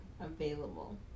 Available